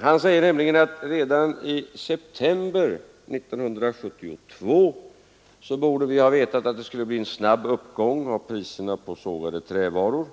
Han säger nämligen att vi redan i september 1972 borde ha vetat att det skulle bli en snabb uppgång av priserna på sågade trävaror.